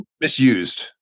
misused